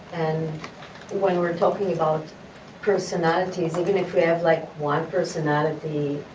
and when we're talking about personalities, even if we have like one personality,